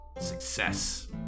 Success